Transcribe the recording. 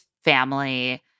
family